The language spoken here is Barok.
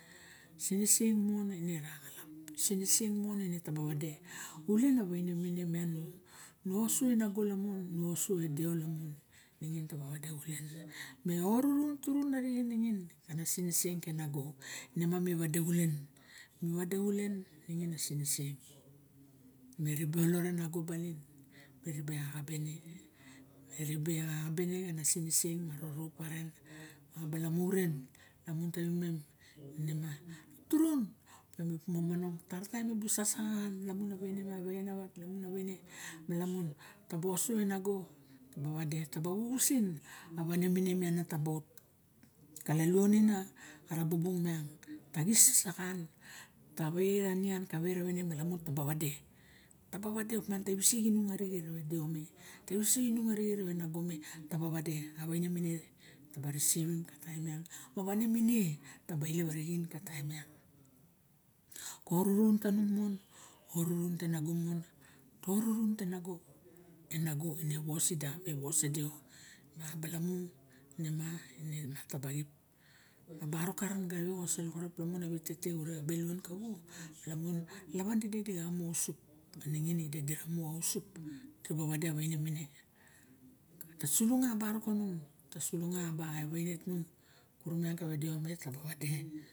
Siniseng mon ine raxalap siniseng on ine tuba wade ule na waine mine miang nu ose nago lamun nu ose e seo lamun ningin ta ba wade xulen me orurun tun arixe ningin anas siniseng ke nango ine ma nu wade culen mi wade xulen ningin a siniseng me rife olot e nago baling miribe axabe ne e ribe axa na mana siniseng karen ma ablamu ren lamun tawimen inema lok turun opiang mi buk momonong mi bu sasaxan lamun a waine ma wexen a wat ma waine lamun taba wade taba wuwuusin nemiang taba of kalanon nia ta xis sasaxan kawe ranian kawe ra waine lamun taba wade oipian ta iwisik nung arixe deo me ta iwisik inung arixe nago me ne miang taba ilep arixen ka taim miang ka orurun tanung won ka orurunte na go nago ine wosida e wos e deo ma abalamu ine nataba xip barok akven ga io xa soloxorop lamun awite te xure xa belon maxa wu lawan tide dixa mu ausup mia ningin dira nu ausup ta sulung a barok ta sulung a wapie tung taba wade